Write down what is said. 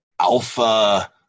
alpha